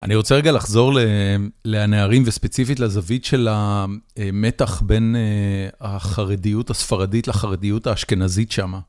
אני רוצה רגע לחזור לנערים, וספציפית לזווית של המתח בין החרדיות הספרדית לחרדיות האשכנזית שם.